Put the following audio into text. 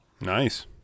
Nice